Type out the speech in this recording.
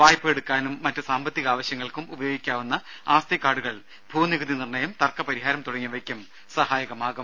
വായ്പയെടുക്കാനും മറ്റ് സാമ്പത്തികാവശ്യങ്ങൾക്കും ഉപയോഗിക്കാവുന്ന ആസ്തി കാർഡുകൾ ഭൂനികുതി നിർണയം തർക്കപരിഹാരം തുടങ്ങിയവയ്ക്കും സഹായകമാകും